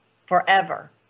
forever